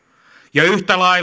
ja yhtä lailla